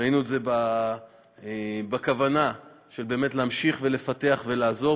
ראינו את זה בכוונה באמת להמשיך ולפתח ולעזור.